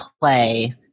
play